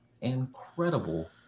incredible